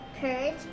courage